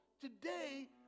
today